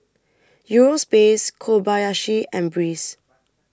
Eurospace Kobayashi and Breeze